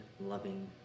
loving